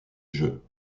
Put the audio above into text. jeu